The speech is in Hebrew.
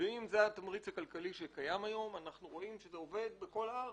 אנחנו רואים שזה עובד בכל הארץ,